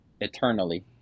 eternally